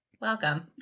welcome